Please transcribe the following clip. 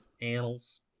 annals